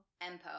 Empo